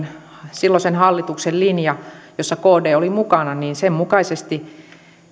silloisen hallituksen linjan jossa kd oli mukana mukaisesti